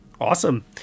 Awesome